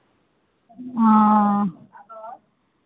हँ